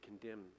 condemn